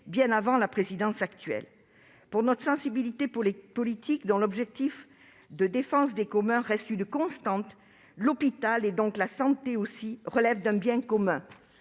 bien avant la présidence actuelle. Pour notre sensibilité politique, dont l'objectif de défense des « communs » reste une constante, l'hôpital, et donc aussi la santé, relève d'un bien commun.